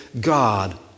God